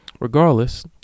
Regardless